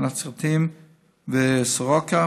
הנצרתיים וסורוקה,